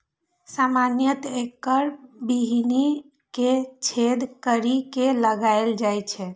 सामान्यतः एकर बीहनि कें छेद करि के लगाएल जाइ छै